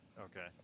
Okay